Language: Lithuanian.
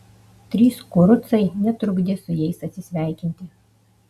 trys kurucai netrukdė su jais atsisveikinti